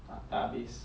tak habis